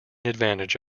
advantage